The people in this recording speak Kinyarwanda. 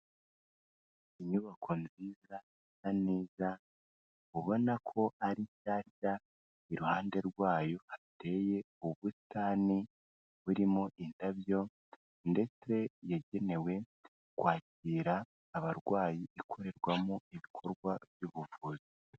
Inyubako nziza isa neza, ubona ko ari nshyshya, iruhande rwayo hateye ubusitani burimo indabyo ndetse yagenewe kwakira abarwayi, ikorerwamo ibikorwa by'ubuvuzi.